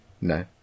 No